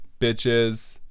bitches